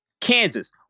Kansas